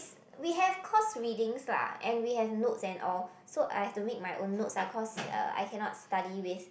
we have course readings lah and we have notes and all so I have to make my own notes ah cause uh I cannot study with